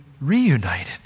reunited